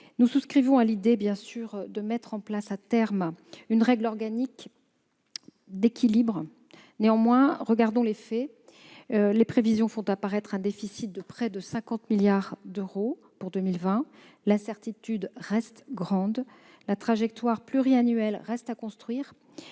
Nous souscrivons évidemment à l'idée de mettre en place, à terme, une règle d'équilibre de valeur organique. Néanmoins, regardons les faits. Les prévisions font apparaître un déficit de près de 50 milliards d'euros pour 2020. L'incertitude reste grande. La trajectoire pluriannuelle reste à construire.